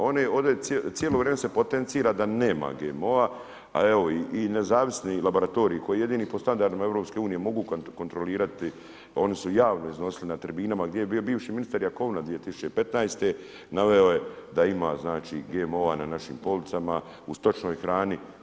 Ovdje se cijelo vrijeme potencira da nema GMO-a, a evo i nezavisni laboratorij koji je jedini po standardima EU mogu kontrolirati oni su javno iznosili na tribinama gdje je bio bivši ministar Jakovina 2015. naveo je da ima GMO-a na našim policama, u stočnoj hrani.